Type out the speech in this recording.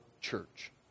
church